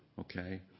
Okay